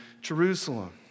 Jerusalem